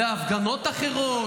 בהפגנות אחרות,